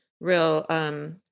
real